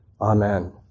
Amen